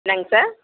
என்னங்க சார்